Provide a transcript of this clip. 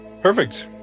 perfect